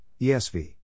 ESV